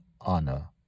honor